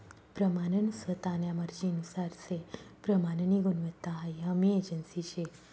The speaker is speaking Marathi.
प्रमानन स्वतान्या मर्जीनुसार से प्रमाननी गुणवत्ता हाई हमी एजन्सी शे